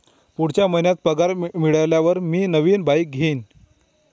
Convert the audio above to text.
पुढच्या महिन्यात पगार मिळाल्यावर मी नवीन बाईक घेईन